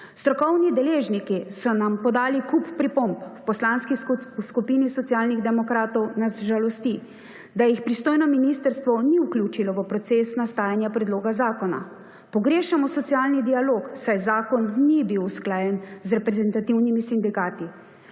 Strokovni deležniki so nam podali kup pripomb. V Poslanski skupini Socialnih demokratov nas žalosti, da jih pristojno Ministrstvo ni vključilo v proces nastajanja Predloga zakona. Pogrešamo socialni dialog, saj zakon ni bil usklajen z reprezentativnimi sindikati.